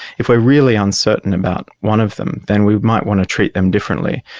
if we are really uncertain about one of them, then we might want to treat them differently.